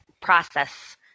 process